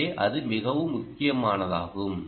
எனவே அது மிகவும் முக்கியமானதாகும்